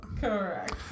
Correct